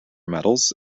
medals